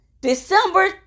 December